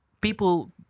people